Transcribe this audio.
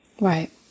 Right